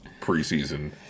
preseason